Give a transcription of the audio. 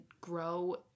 grow